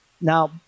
Now